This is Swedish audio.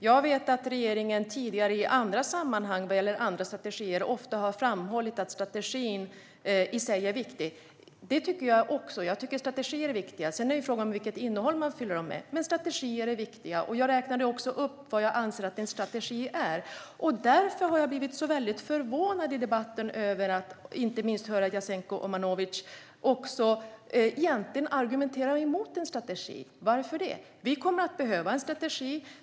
Jag vet att regeringen tidigare i andra sammanhang vad gäller andra strategier ofta har framhållit att strategin i sig är viktig. Det tycker jag också. Jag tycker att strategier är viktiga. Sedan är frågan vilket innehåll man fyller dem med. Men strategier är viktiga. Jag räknade också upp vad jag anser att en strategi är. Därför har jag blivit så förvånad i debatten över att höra inte minst Jasenko Omanovic egentligen argumentera emot en strategi. Varför gör han det? Vi kommer att behöva en strategi.